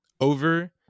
Over